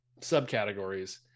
subcategories